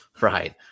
Right